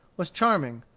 was charming.